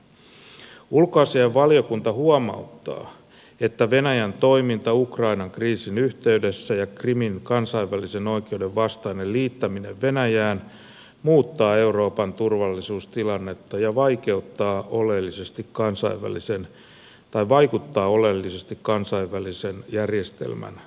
ulkoasiainvaliokunta huomauttaa että venäjän toiminta ukrainan kriisin yhteydessä ja krimin kansainvälisen oikeuden vastainen liittäminen venäjään muuttavat euroopan turvallisuustilannetta ja vaikuttavat oleellisesti kansainvälisen järjestelmän toimintaan